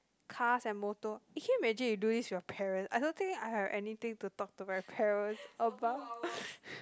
cars and motor can you imagine you do this with your parent I don't think I have anything to talk to my parent about